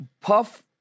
Puff